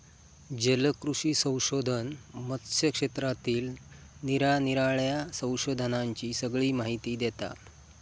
जलकृषी संशोधन मत्स्य क्षेत्रातील निरानिराळ्या संशोधनांची सगळी माहिती देता